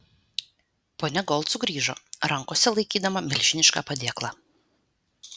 ponia gold sugrįžo rankose laikydama milžinišką padėklą